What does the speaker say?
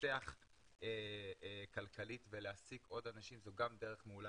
להתפתח כלכלית ולהעסיק עוד אנשים זו גם דרך מעולה